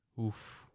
Oof